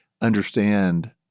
understand—